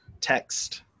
text